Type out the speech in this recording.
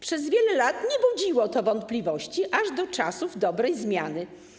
Przez wiele lat nie budziło to wątpliwości, aż do czasów dobrej zmiany.